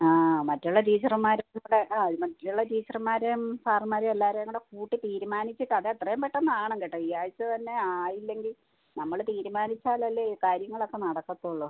ആ മറ്റുള്ള ടീച്ചർമാരും കൂടെ ആ മറ്റുള്ള ടീച്ചർമാരെയും സാറുമ്മാരെയും എല്ലാവരെയും കൂടെ കൂട്ടി തീരുമാനിച്ചിട്ട് അത് എത്രയും പെട്ടെന്ന് ആകണം കേട്ടോ ഈ ആഴ്ച തന്നെ ആയില്ലെങ്കിൽ നമ്മൾ തീരുമാനിച്ചാലല്ലേ കാര്യങ്ങളൊക്കെ നടക്കത്തുള്ളൂ